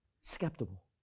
skeptical